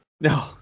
No